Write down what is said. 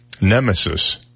Nemesis